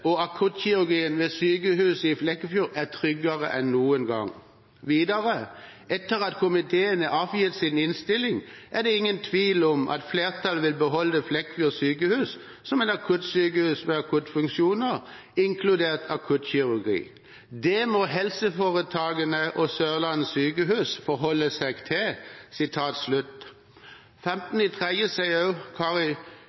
og akuttkirurgien ved sykehuset i Flekkefjord er tryggere enn noen gang, og videre sa Iselin Nybø i samme avis den 10. mars: «Etter at Stortingets helse- og omsorgskomité har avgitt sin innstilling er det ingen tvil om at flertallet vil beholde Flekkefjord sykehus som et akuttsykehus med akuttfunksjoner, inkludert akuttkirurgi. Det må bare Sørlandet sykehus